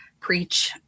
preach